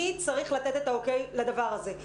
מי צריך לתת את האוקיי לדבר הזה?